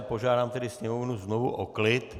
Požádám tedy Sněmovnu znovu o klid.